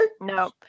no